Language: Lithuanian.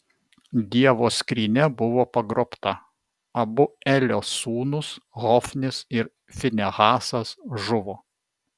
dievo skrynia buvo pagrobta abu elio sūnūs hofnis ir finehasas žuvo